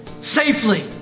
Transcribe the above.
safely